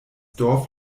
dorf